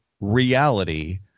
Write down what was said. reality